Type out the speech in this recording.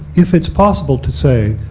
if it's possible to say,